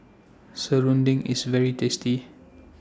Serunding IS very tasty